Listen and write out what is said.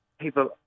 people